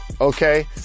okay